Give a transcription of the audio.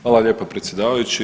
Hvala lijepa predsjedavajući.